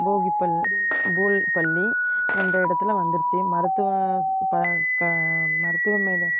போகி பள் போல் பள்ளி ரெண்டு இடத்துல வந்துருச்சு மருத்துவ ஸ் ப க மருத்துவம்